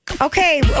Okay